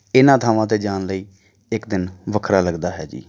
ਇਹਨਾਂ ਥਾਵਾਂ 'ਤੇ ਜਾਣ ਲਈ ਇੱਕ ਦਿਨ ਵੱਖਰਾ ਲੱਗਦਾ ਹੈ ਜੀ